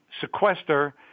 sequester